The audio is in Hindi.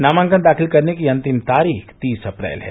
नामांकन दाखिल करने की अन्तिम तारीख तीस अप्रैल है